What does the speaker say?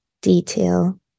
detail